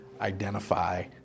identify